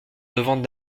devant